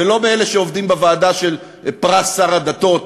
ולא באלה שעובדים בוועדה של פרס שר הדתות,